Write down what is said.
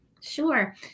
Sure